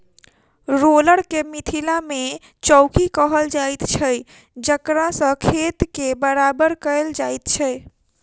roller के मिथिला मे चौकी कहल जाइत छै जकरासँ खेत के बराबर कयल जाइत छै